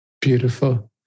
Beautiful